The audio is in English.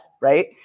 right